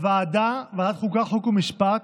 הוועדה, ועדת החוקה, חוק ומשפט,